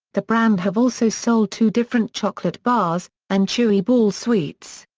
the brand have also sold two different chocolate bars, and chewy ball sweets.